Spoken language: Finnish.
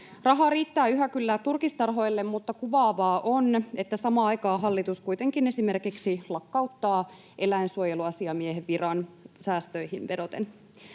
Rahaa riittää yhä kyllä turkistarhoille, mutta kuvaavaa on, että samaan aikaan hallitus kuitenkin esimerkiksi lakkauttaa eläinsuojeluasiamiehen viran säästöihin vedoten.